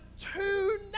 two